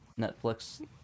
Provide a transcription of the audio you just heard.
netflix